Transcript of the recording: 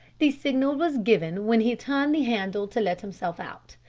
the signal was given when he turned the handle to let himself out.